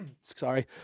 Sorry